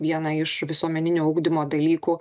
vieną iš visuomeninio ugdymo dalykų